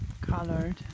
colored